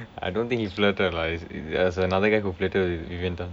I don't think he flirted lah there was another guy who flirted eventhough